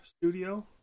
Studio